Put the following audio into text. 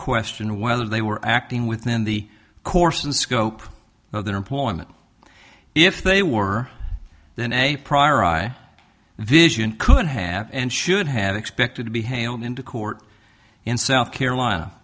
question whether they were acting within the course and scope of their employment if they were then a vision could have and should have expected to be hailed into court in south carolina